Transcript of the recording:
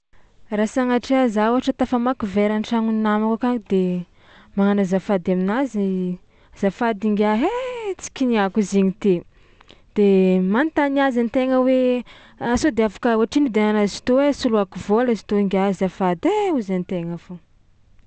Raha sagnatria za ôhatra tafamaky vera an-tragnon'ny namako aka de magnano azafady aminazy: azafady ngiahy ai! Tsy kiniàko izy igny teo, de manontany azy an-tegna hoe: a sao de afaka ohatrino vidiananazy tô ai soloàko vôla izy to ingiahy azafady ai, hozy an-tegna foagna.